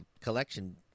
collection